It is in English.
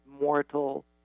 mortal